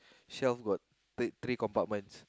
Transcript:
shelf got three three compartments